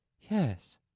Yes